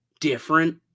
different